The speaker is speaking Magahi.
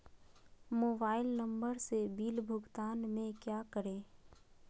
मोबाइल नंबर से बिल भुगतान में क्या करें?